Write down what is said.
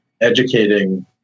educating